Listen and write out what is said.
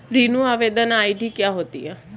ऋण आवेदन आई.डी क्या होती है?